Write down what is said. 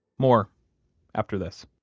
more after this